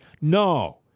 No